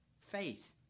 faith